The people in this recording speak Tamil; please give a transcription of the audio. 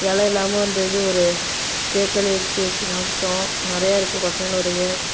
இலை இல்லாமல் அந்த இது ஒரு தேக்கு இலைய பிச்சு வெச்சி சாப்பிட்டோம் நிறையா இருக்குது பசங்களோடயே